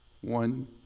one